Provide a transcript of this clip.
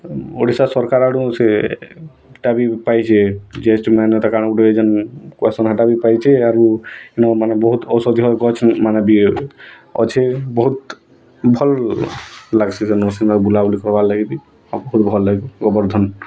ଓଡ଼ିଶା ସର୍କାର୍ ଆଡ଼ୁ ସେଟା ବି ପାଇଚେ ଯେ ବେଷ୍ଟ୍ ମାନ୍ୟତା କାଣା ଗୁଟେ କହେସନ ହେଟାବି ପାଇଛେ ଆରୁ ମାନେ ବହୁତ୍ ଔଷଧୀୟ ଗଛ୍ମାନେ ବି ଅଛେ ବହୁତ୍ ଭଲ୍ ଲାଗ୍ସି ସେ ନରସିଂହନାଥ୍ ବୁଲାବୁଲି କର୍ବା ଲାଗି ବି ଭଲ୍ ଲାଗ୍ବ ଗୋବର୍ଦ୍ଧନ୍